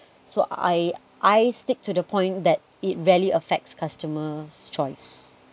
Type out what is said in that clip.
so I I stick to the point that it rarely affects customer choice